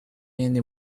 and